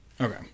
Okay